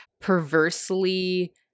perversely